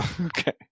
Okay